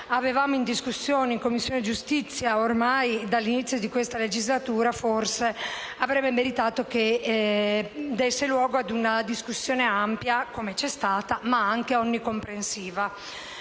avevamo in discussione in Commissione giustizia dall'inizio di questa legislatura avrebbe meritato di dar luogo a una discussione ampia, come quella che c'è stata, ma anche onnicomprensiva;